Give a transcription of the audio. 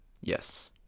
Yes